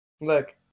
Look